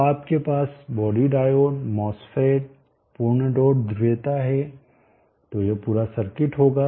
तो आपके पास बॉडी डायोड MOSFET पूर्ण डॉट ध्रुवीयता है तो यह पूरा सर्किट होगा